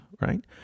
right